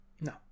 No